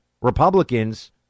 Republicans